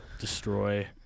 destroy